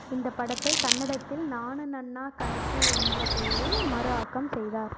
இந்த படத்தைக் கன்னடத்தில் நானு நன்னா கனசு என்ற பெயரில் மறு ஆக்கம் செய்தார்